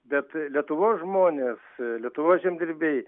bet lietuvos žmonės lietuvos žemdirbiai